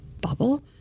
bubble